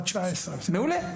מעולה.